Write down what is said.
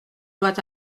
doit